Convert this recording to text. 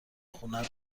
خونه